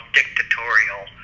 dictatorial